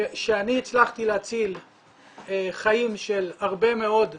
שאני הצלחתי להציל חיים של הרבה מאוד קטינים,